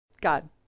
God